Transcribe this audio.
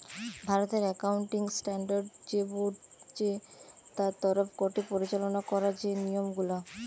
ভারতের accounting standard যে board চে তার তরফ গটে পরিচালনা করা যে নিয়ম গুলা